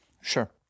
Sure